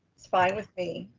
it's fine with me.